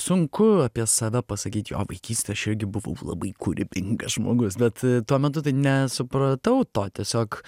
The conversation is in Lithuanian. sunku apie save pasakyt jo vaikystėj aš irgi buvau labai kūrybingas žmogus bet tuo metu tai nesupratau to tiesiog